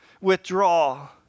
withdraw